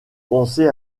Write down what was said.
pensez